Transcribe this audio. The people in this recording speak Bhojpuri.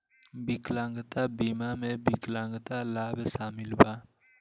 विकलांगता बीमा में विकलांगता लाभ शामिल बा